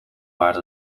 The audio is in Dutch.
waard